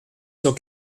cent